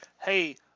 hey